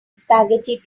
spaghetti